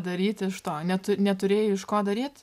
daryt iš to netu neturėjai iš ko daryt